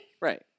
Right